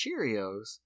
Cheerios